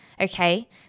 Okay